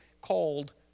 called